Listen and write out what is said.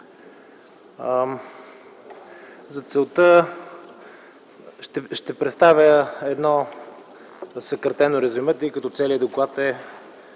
За целта ще представя едно съкратено резюме, тъй като целият доклад е